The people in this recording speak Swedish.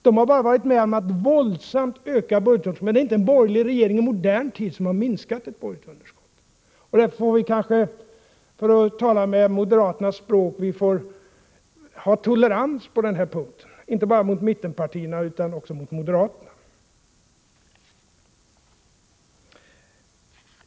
De har bara varit med om att våldsamt öka budgetunderskotten, men det finns inte en borgerlig regering i modern tid som har minskat budgetunderskotten. Därför får vi kanske, för att tala moderaternas språk, ha tolerans på den här punkten — inte bara mot mittenpartierna utan också mot moderaterna.